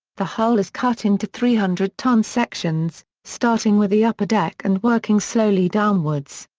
the hull is cut into three hundred tonne sections, starting with the upper deck and working slowly downwards.